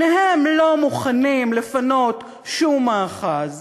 שניהם לא מוכנים לפנות שום מאחז,